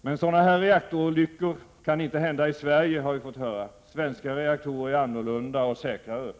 Men sådana här reaktorolyckor kan inte hända i Sverige, har vi fått höra. Svenska reaktorer är annorlunda och säkrare.